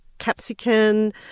Capsicum